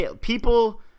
people